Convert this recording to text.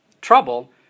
trouble